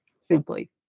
simply